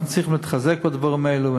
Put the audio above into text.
אנחנו צריכים להתחזק בדברים האלו.